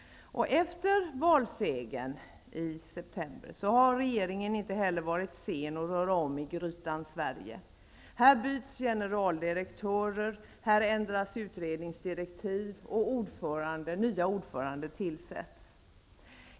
Efter valsegern i september förra året har regeringen inte heller varit sen att röra om i grytan Sverige. Här byts generaldirektörer, här ändras utredningsdirektiv, och nya ordförande tillsätts.